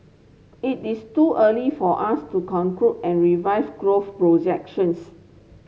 it is too early for us to conclude and revise growth projections